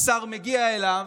השר מגיע אליו,